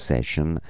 Session